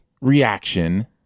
reaction